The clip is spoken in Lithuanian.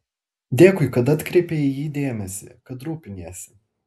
dėkui kad atkreipei į jį dėmesį kad rūpiniesi